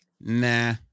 nah